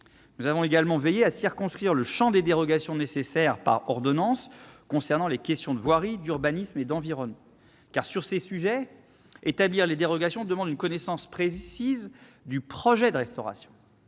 Nous avons également veillé à circonscrire le champ des dérogations nécessaires par ordonnance, concernant les questions de voirie, d'urbanisme et d'environnement. Sur ces sujets, établir les dérogations demande effectivement une connaissance précise du projet de restauration,